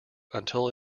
until